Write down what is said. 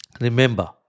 Remember